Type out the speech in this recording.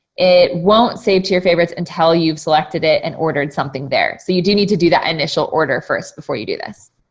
it won't save to your favorites until you've selected it and ordered something there. so you do need to do that initial order first, before you do this.